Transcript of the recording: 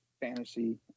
fantasy